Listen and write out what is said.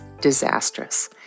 disastrous